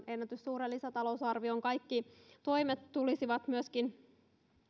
ennätyssuuren lisätalousarvion kaikki toimet tulisivat myöskin